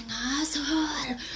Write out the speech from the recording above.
asshole